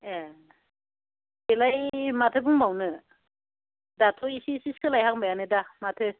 ए बेलाय माथो बुंबावनो दाथ' एसे एसे सोलायहांबायानो दा माथो